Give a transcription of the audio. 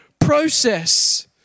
process